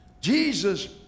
Jesus